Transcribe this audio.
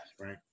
right